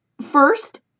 First